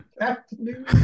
Afternoon